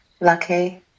lucky